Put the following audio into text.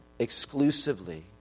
Exclusively